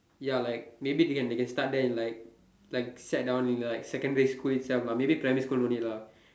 ya like maybe they can they can start there in like like sat down in like secondary school itself lah maybe primary school no need lah